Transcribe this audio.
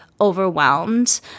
overwhelmed